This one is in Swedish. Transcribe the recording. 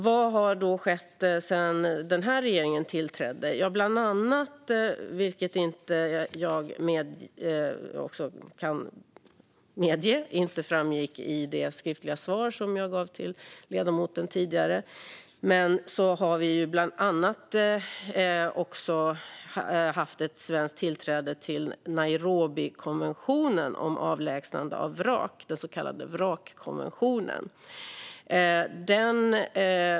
Vad har då skett sedan den här regeringen tillträdde? Ja, bland annat - jag kan medge att det inte framgick i det skriftliga svar som jag gav till ledamoten tidigare - har vi haft ett svenskt tillträde till Nairobikonventionen om avlägsnande av vrak, den så kallade vrakkonventionen.